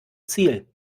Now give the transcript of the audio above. ziel